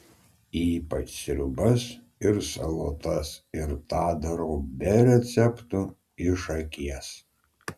ypač sriubas ir salotas ir tą darau be receptų iš akies